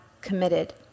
committed